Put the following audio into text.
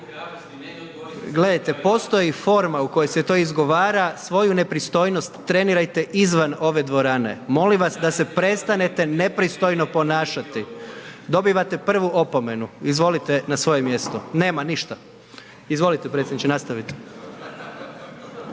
Gledajte postoji forma, u kojoj se to izgovara, svoju nepristojnost, trenirajte, izvan ove dvorane, molim vas da se prestanete nepristojno ponašati. Dobivate prvu opomenu, izvolite na svoje mjesto, nema ništa. Izvolite predsjedniče nastavite.